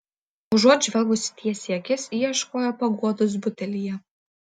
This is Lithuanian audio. užuot žvelgusi tiesai į akis ji ieškojo paguodos butelyje